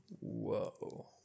Whoa